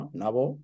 nabo